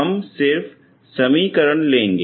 हम सिर्फ समीकरण लेंगे